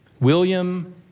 William